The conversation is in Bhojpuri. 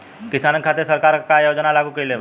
किसानन के खातिर सरकार का का योजना लागू कईले बा?